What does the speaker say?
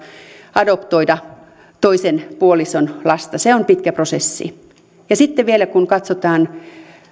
adoptoida toisen puolison lapsi se on pitkä prosessi sitten vielä kun katsotaan